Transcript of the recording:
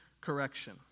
correction